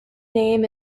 name